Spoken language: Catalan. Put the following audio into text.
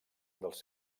dels